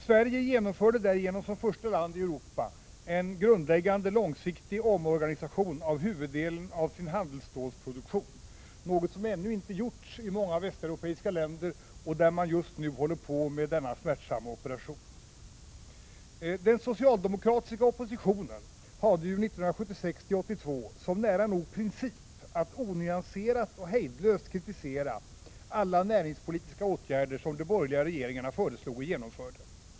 Sverige genomförde därigenom som första land i Europa en grundläggande, långsiktig omorganisation av huvuddelen av sin handelsstålsproduktion, något som ännu inte gjorts i många västeuropeiska länder, men där man just nu håller på med denna smärtsamma operation. Den socialdemokratiska oppositionen hade ju 1976—1982 nära nog som princip att onyanserat och hejdlöst kritisera alla näringspolitiska åtgärder som de borgerliga regeringarna föreslog och genomförde.